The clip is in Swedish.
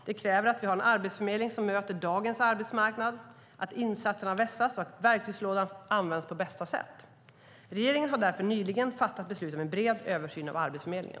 Det kräver att vi har en arbetsförmedling som möter dagens arbetsmarknad, att insatserna vässas och att verktygslådan används på bästa sätt. Regeringen har därför nyligen fattat beslut om en bred översyn av Arbetsförmedlingen.